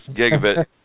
gigabit